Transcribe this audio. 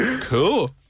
Cool